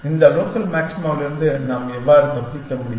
இந்த லோக்கல் மாக்சிமாவிலிருந்து நாம் எவ்வாறு தப்பிக்க முடியும்